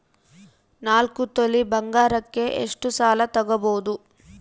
ನಾಲ್ಕು ತೊಲಿ ಬಂಗಾರಕ್ಕೆ ಎಷ್ಟು ಸಾಲ ತಗಬೋದು?